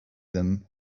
them